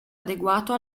adeguato